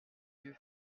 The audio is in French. yeux